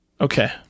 Okay